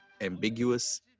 ambiguous